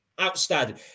Outstanding